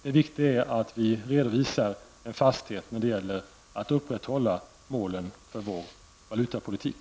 Det viktiga är att vi redovisar en fasthet när det gäller att upprätthålla målen för vår valutapolitik.